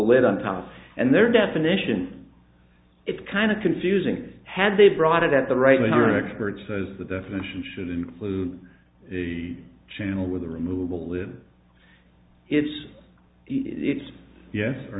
lid on time and their definition it's kind of confusing had they brought it at the right with your expert says the definition should include the channel with the removable lid it's it's yes or